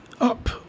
up